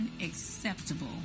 unacceptable